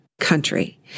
country